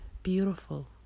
beautiful